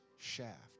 Shaft